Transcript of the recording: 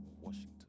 Washington